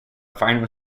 final